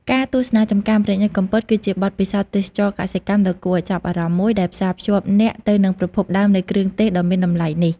ការទស្សនាចម្ការម្រេចនៅកំពត គឺជាបទពិសោធន៍ទេសចរណ៍កសិកម្មដ៏គួរឱ្យចាប់អារម្មណ៍មួយ ដែលផ្សាភ្ជាប់អ្នកទៅនឹងប្រភពដើមនៃគ្រឿងទេសដ៏មានតម្លៃនេះ ។